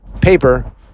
paper